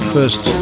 First